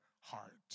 heart